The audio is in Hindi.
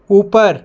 ऊपर